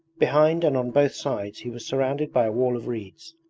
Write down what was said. behind and on both sides he was surrounded by a wall of reeds.